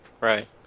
right